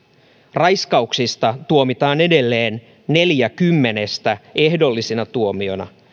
raiskauksista tuomitaan edelleen neljä kymmenestä ehdollisina tuomioina